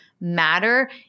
matter